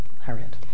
Harriet